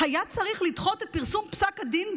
היה צריך לדחות את פרסום פסק הדין,